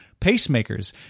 pacemakers